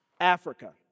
Africa